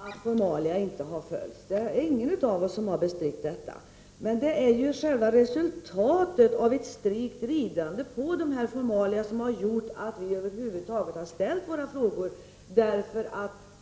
Fru talman! Vi är överens om att formalia inte har följts. Ingen av oss har bestridit detta. Men det är ju resultatet av ett strikt ridande på dessa formalia som har gjort att vi över huvud taget har ställt våra frågor.